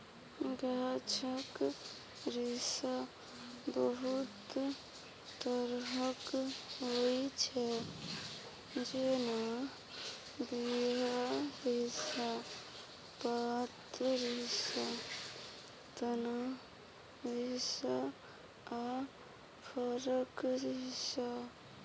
गाछक रेशा बहुत तरहक होइ छै जेना बीया रेशा, पात रेशा, तना रेशा आ फरक रेशा